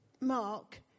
Mark